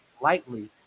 lightly